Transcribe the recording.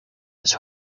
his